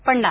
पण नाही